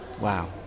Wow